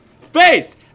Space